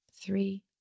Three